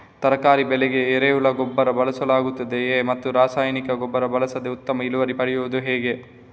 ತರಕಾರಿ ಬೆಳೆಗೆ ಎರೆಹುಳ ಗೊಬ್ಬರ ಬಳಸಲಾಗುತ್ತದೆಯೇ ಮತ್ತು ರಾಸಾಯನಿಕ ಗೊಬ್ಬರ ಬಳಸದೆ ಉತ್ತಮ ಇಳುವರಿ ಪಡೆಯುವುದು ಹೇಗೆ?